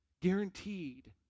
guaranteed